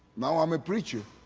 now i'm a preacher.